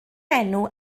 enw